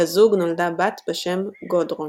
לזוג נולדה בת בשם גודרון.